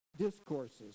discourses